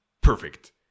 perfect